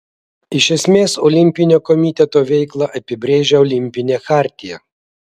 iš esmės olimpinio komiteto veiklą apibrėžia olimpinė chartija